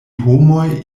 homoj